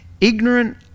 Ignorant